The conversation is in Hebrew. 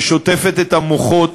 ששוטפת את המוחות